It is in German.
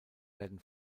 werden